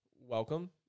welcome